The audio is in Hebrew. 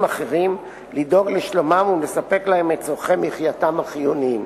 אחרים לדאוג לשלומם ולספק להם את צורכי מחייתם החיוניים.